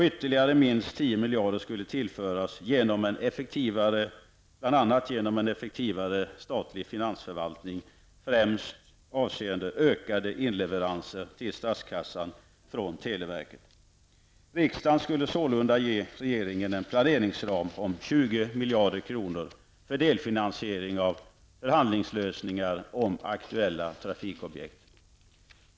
Ytterligare minst 10 Riksdagen skulle sålunda ge regeringen en planeringsram om 20 miljarder kronor för delfinansiering av förhandlingslösningar om aktuella trafikobjekt.